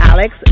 Alex